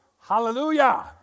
hallelujah